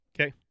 Okay